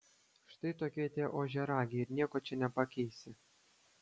štai tokie tie ožiaragiai ir nieko čia nepakeisi